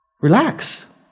relax